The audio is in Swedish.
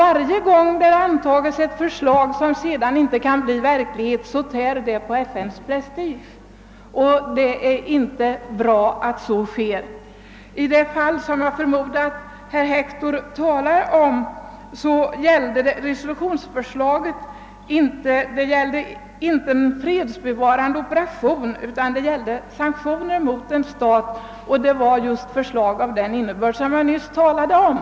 Varje gång man antar ett förslag som sedan inte kan bli verklighet tär detta på FN:s prestige, och det är inte bra. I det fall jag förmodar att herr Hector syftade på gällde resolu tionsförslaget inte en fredsbevarande operation, utan det gällde sanktioner mot en stat, och det var ett förslag av den art, som jag nyss talade om.